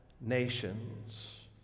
nations